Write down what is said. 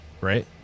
right